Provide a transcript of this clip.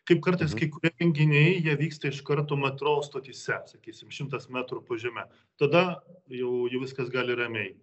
kaip kartais kai kurie renginiai jie vyksta iš karto metro stotyse sakysim šimtas metrų po žeme tada jau viskas gali ramiai